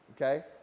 okay